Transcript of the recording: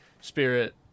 Spirit